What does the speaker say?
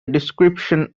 description